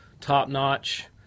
top-notch